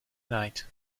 night